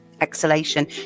exhalation